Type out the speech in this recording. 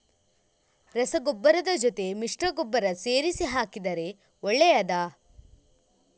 ರಸಗೊಬ್ಬರದ ಜೊತೆ ಮಿಶ್ರ ಗೊಬ್ಬರ ಸೇರಿಸಿ ಹಾಕಿದರೆ ಒಳ್ಳೆಯದಾ?